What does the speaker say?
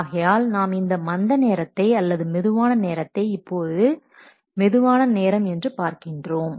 ஆகையால் நாம் இந்த மந்த நேரத்தை அல்லது மெதுவான நேரத்தை இப்போது மெதுவான நேரம் என்று பார்க்கிறோம்